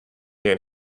jen